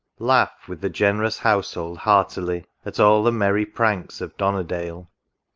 laugh with the generous household heartily, at all the merry pranks of donnerdale!